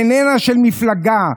איננה של מפלגה,